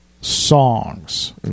songs